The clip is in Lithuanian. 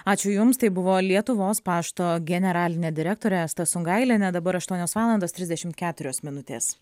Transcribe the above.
ačiū jums tai buvo lietuvos pašto generalinė direktorė asta sungailienė dabar aštuonios valandos trisdešimt keturios minutės